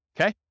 Okay